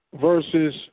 versus